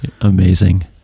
Amazing